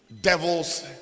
devils